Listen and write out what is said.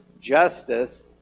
justice